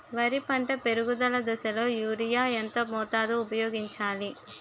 వరి పంట పెరుగుదల దశలో యూరియా ఎంత మోతాదు ఊపయోగించాలి?